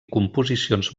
composicions